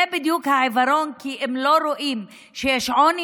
זה בדיוק העיוורון כי הם לא רואים שיש יותר עוני